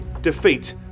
defeat